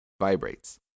vibrates